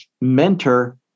mentor